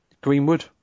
Greenwood